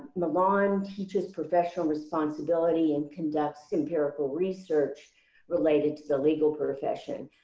milan teaches professional responsibility and conducts empirical research related to the legal profession.